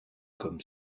comme